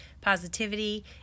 positivity